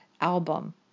album